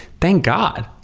thank god!